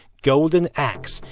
golden axe.